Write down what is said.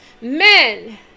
men